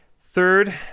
Third